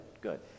good